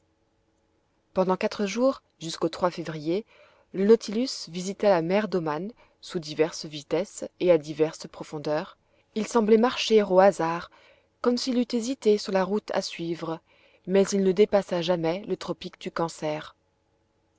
pendant quatre jours jusqu'au février le nautilus visita la mer d'oman sous diverses vitesses et à diverses profondeurs il semblait marcher au hasard comme s'il eût hésité sur la route à suivre mais il ne dépassa jamais le tropique du cancer